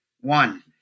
One